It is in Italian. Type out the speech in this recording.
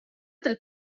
del